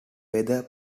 weather